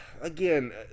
again